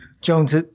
Jones